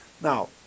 now